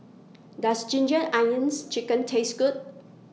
Does Ginger Onions Chicken Taste Good